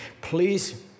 please